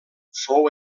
fou